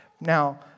Now